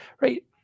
right